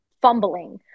fumbling